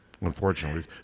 Unfortunately